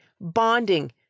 bonding